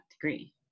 degree